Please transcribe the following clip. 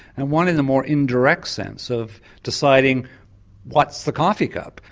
and one in the more indirect sense of deciding what's the coffee cup?